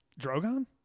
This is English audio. Drogon